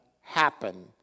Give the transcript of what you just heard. happen